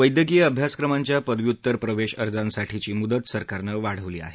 वैद्यकीय अभ्यासक्रमांच्या पदव्युत्तर प्रवेश अर्जासाठीची मुदत सरकारनं वाढवली आहे